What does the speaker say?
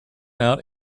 out